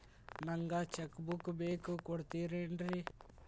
ನಂಗ cheque book ಬೇಕು ಕೊಡ್ತಿರೇನ್ರಿ?